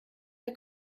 der